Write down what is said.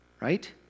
right